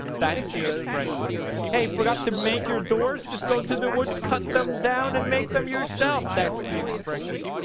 that's the expression hey forgot to make your doors just go to the woods cut them down and make them yourself. that's the expression